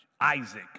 Isaac